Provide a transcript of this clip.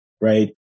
right